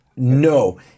No